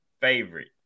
favorite